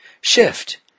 shift